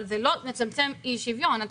אבל זה לא מצמצם אי שוויון.